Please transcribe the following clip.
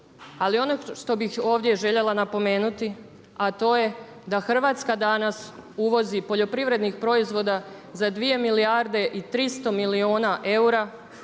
Ali ono što bih ovdje željela napomenuti a to je da Hrvatska danas uvozi poljoprivrednih proizvoda za 2 milijarde i 300 milijuna eura,